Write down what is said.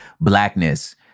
blackness